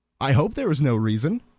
i hope there is no reason,